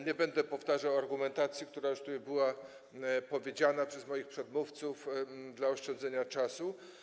Nie będę powtarzał argumentacji, która już tutaj była przytoczona przez moich przedmówców, dla oszczędzenia czasu.